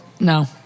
No